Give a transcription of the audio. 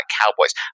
cowboys